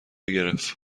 گرفت